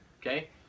Okay